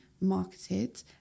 marketed